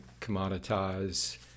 commoditize